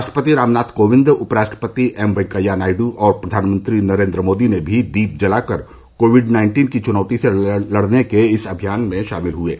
राष्ट्रपति रामनाथ कोविन्द उपराष्ट्रपति एम वेंकैया नायड् और प्रधानमंत्री नरेन्द्र मोदी भी दीप जलाकर कोविड नाइन्टीन की चुनौती से लड़ने के इस अभियान में शामिल हये